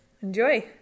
enjoy